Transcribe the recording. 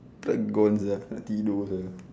gone sia nak tidur sia